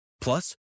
Plus